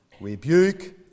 rebuke